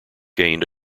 gained